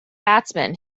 batsman